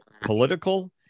political